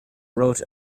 wrote